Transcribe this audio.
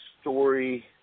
story